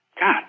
God